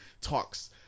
talks